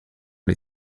les